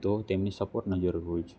તો તેમને સપોર્ટની જરૂર હોય છે